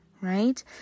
right